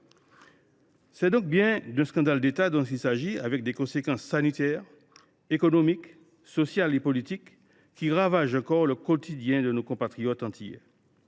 s’agit donc bien d’un scandale d’État emportant des conséquences sanitaires, économiques, sociales et politiques qui ravagent encore le quotidien de nos compatriotes antillais.